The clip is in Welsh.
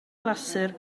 glasur